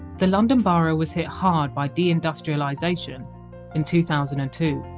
the london borough was hit hard by de-industrialisation in two thousand and two.